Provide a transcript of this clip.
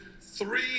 three